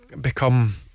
become